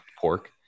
pork